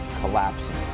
collapsing